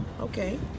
okay